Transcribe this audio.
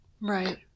Right